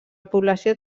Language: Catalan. població